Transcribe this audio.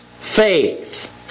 faith